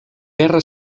guerra